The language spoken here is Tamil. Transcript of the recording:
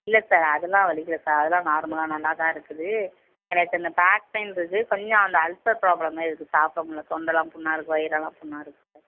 இல்லை சார் அதெல்லாம் வலிக்கலை சார் அதெல்லாம் நார்மலாக நல்லாதான் இருக்குது எனக்கு அந்த பேக்பெயின் இருக்குது கொஞ்சம் அந்த அல்சர் ப்ராப்ளம் மாதிரி இருக்குது சாப்பிட முடியல தொண்டைலாம் புண்ணாக இருக்குது வயிறெல்லாம் புண்ணாக இருக்குது சார்